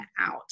out